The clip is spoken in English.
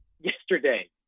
yesterday